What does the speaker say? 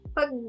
pag